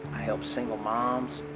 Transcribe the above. i help single moms.